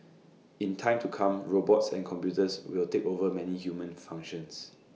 in time to come robots and computers will take over many human functions